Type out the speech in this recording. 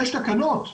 יש תקנות.